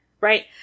right